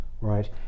right